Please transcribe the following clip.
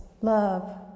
love